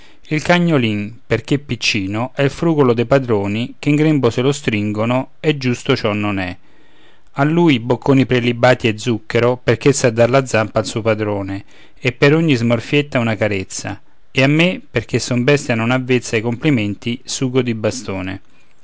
il cagnolin perché piccino è il frugolo de padroni che in grembo se lo stringono e giusto ciò non è a lui bocconi prelibati e zucchero perché sa dar la zampa al suo padrone e per ogni smorfietta una carezza e a me perché son bestia non avvezza ai complimenti sugo di bastone